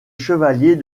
chevalier